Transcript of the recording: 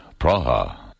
Praha